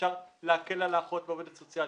שאפשר להקל על האחות ועל העובדת הסוציאלית.